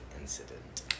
Incident